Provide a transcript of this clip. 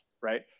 right